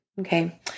Okay